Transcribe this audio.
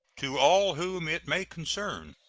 to all whom it may concern